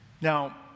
Now